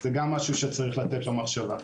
זה גם משהו שצריך לתת עליו מחשבה.